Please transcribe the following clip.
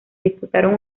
disputaron